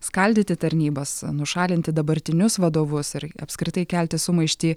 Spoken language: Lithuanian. skaldyti tarnybas nušalinti dabartinius vadovus ir apskritai kelti sumaištį